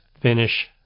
finish